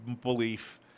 belief